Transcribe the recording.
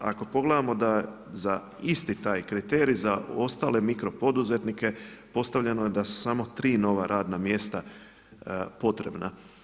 Ako pogledamo da za isti taj kriterij, za ostale mikro poduzetnike postavljeno je da su samo tri nova radna mjesta potrebna.